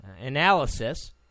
analysis